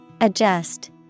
Adjust